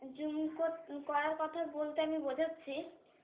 zoom করার কথা বলতে আমি বোঝাচ্ছি